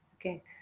Okay